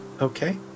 Okay